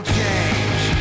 change